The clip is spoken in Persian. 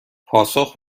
پاسخ